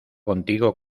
contigo